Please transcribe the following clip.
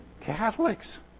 Catholics